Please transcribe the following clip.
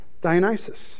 Dionysus